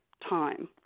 time